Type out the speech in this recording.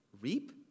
reap